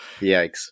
Yikes